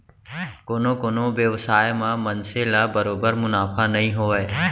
कोनो कोनो बेवसाय म मनसे ल बरोबर मुनाफा नइ होवय